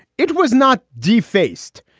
it was not defaced.